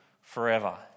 forever